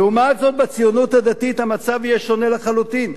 לעומת זאת, בציונות הדתית המצב יהיה שונה לחלוטין.